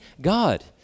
God